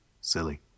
silly